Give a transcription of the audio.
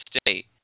State